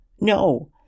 No